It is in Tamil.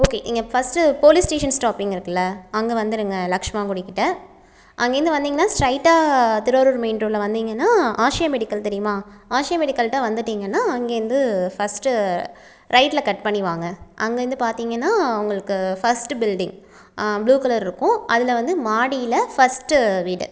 ஓகே நீங்கள் ஃபர்ஸ்ட்டு போலீஸ் ஸ்டேஷன் ஸ்டாப்பிங் இருக்குல்ல அங்கே வந்துவிடுங்க லக்ஷ்மாங்குடிகிட்ட அங்கேருந்து வந்தீங்கன்னா ஸ்ட்ரைட்டாக திருவாரூர் மெயின் ரோடில் வந்தீங்கன்னா ஆசியா மெடிக்கல் தெரியுமா ஆசியா மெடிக்கல்கிட்ட வந்துவிட்டீங்கன்னா அங்கேருந்து ஃபர்ஸ்ட்டு ரைட்டில் கட் பண்ணி வாங்க அங்கேருந்து பார்த்தீங்கன்னா உங்களுக்கு ஃபர்ஸ்ட்டு பில்டிங் ப்ளூ கலர் இருக்கும் அதில் வந்து மாடியில் ஃபர்ஸ்ட்டு வீடு